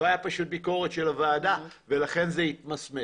לא הייתה ביקורת של הוועדה ולכן זה התמסמס.